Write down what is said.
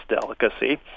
delicacy